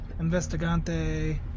Investigante